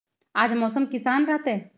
आज मौसम किसान रहतै?